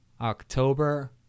October